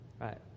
right